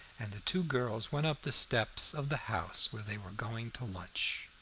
and the two girls went up the steps of the house where they were going to lunch.